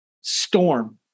storm